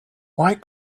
why